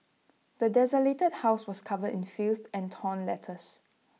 the desolated house was covered in filth and torn letters